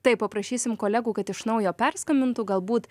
tai paprašysim kolegų kad iš naujo perskambintų galbūt